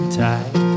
tight